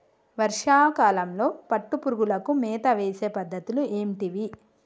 వర్షా కాలంలో పట్టు పురుగులకు మేత వేసే పద్ధతులు ఏంటివి?